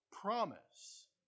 promise